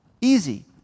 easy